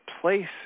place